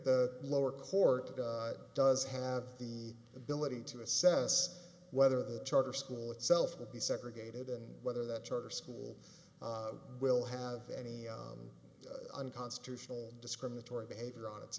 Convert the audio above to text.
the lower court does have the ability to assess whether charter school itself will be segregated and whether that charter school will have any unconstitutional discriminatory behavior on its